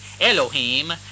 Elohim